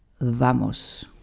vamos